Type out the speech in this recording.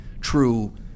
true